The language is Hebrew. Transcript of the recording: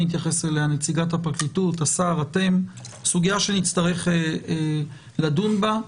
זאת בהחלט סוגיה שנצטרך לדון בה בהמשך.